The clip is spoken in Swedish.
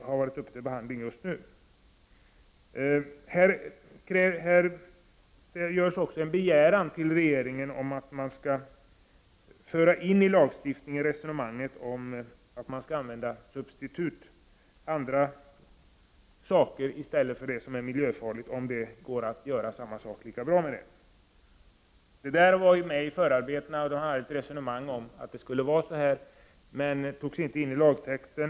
Här görs också en begäran till regeringen om att man i lagstiftningen skall föra in resonemanget om substitut, dvs. att en produkt skall ersättas med en mindre miljöfarlig produkt om samma ändamål kan uppnås. I förarbetena fördes ett resonemang om detta, men det togs inte in i lagtexten.